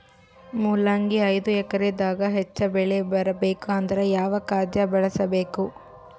ಮೊಲಂಗಿ ಐದು ಎಕರೆ ದಾಗ ಹೆಚ್ಚ ಬೆಳಿ ಬರಬೇಕು ಅಂದರ ಯಾವ ಖಾದ್ಯ ಬಳಸಬೇಕು?